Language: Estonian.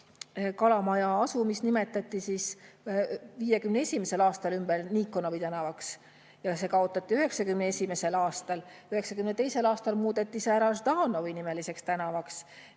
Kalamaja asumis nimetati 1951. aastal ümber Nikonovi tänavaks ja see kaotati 1991. aastal. 1992. aastal muudeti see Ždanovi-nimeliseks tänavaks